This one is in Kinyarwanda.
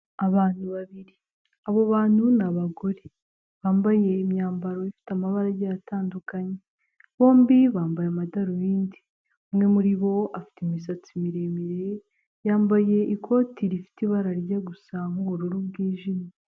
Abantu babiri abo bantu ni abagore bambaye imyambaro ifite amabara agiye atandukanye bombi bambaye amadarubindi, umwe muri bo afite imisatsi miremire yambaye ikoti rifite ibara rijya gusa nk'ubururu bwijimye.